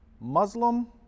Muslim